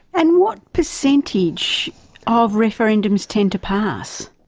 and what percentage of referendums tend to pass?